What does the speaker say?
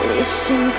Listen